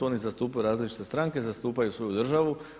Oni zastupaju različite stranke, zastupaju svoju državu.